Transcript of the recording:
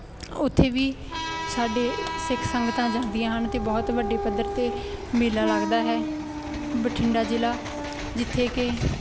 ਉੱਥੇ ਵੀ ਸਾਡੇ ਸਿੱਖ ਸੰਗਤਾਂ ਜਾਂਦੀਆਂ ਹਨ ਅਤੇ ਬਹੁਤ ਵੱਡੇ ਪੱਧਰ 'ਤੇ ਮੇਲਾ ਲੱਗਦਾ ਹੈ ਬਠਿੰਡਾ ਜ਼ਿਲ੍ਹਾ ਜਿੱਥੇ ਕਿ